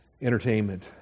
entertainment